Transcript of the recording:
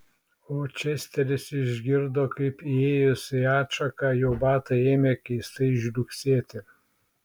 o česteris išgirdo kaip įėjus į atšaką jo batai ėmė keistai žliugsėti